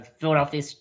philadelphia